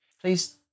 Please